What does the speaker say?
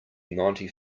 ninety